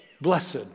Blessed